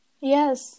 yes